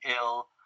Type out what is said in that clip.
ill